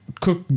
cook